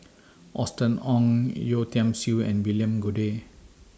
Austen Ong Yeo Tiam Siew and William Goode